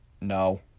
No